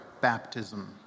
baptism